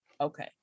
okay